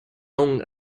long